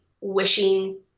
wishing